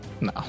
No